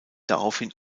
daraufhin